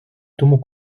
тому